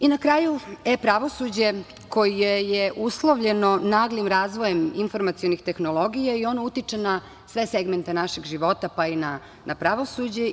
Na kraju, e-pravosuđe koje je uslovljeno naglim razvojem informacionih tehnologija i ono utiče na sve segmente našeg života, pa i na pravosuđe.